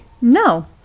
No